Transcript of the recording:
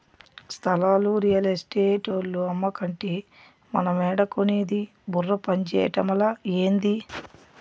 స్థలాలు రియల్ ఎస్టేటోల్లు అమ్మకంటే మనమేడ కొనేది బుర్ర పంజేయటమలా, ఏంది